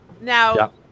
now